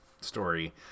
story